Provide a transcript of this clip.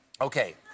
Okay